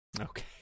Okay